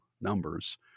numbers